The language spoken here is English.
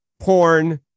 porn